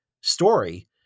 story